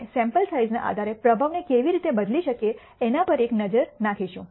અમે સેમ્પલ સાઇજ઼ના આધારે પ્રભાવને કેવી રીતે બદલી શકીએ તેના પર એક નજર નાખીશું